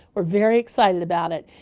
we're very excited about it.